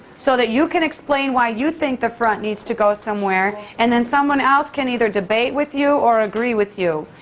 so that you can explain why you think the front needs to go somewhere and then someone else can either debate with you or agree with you.